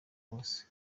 bose